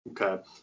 Okay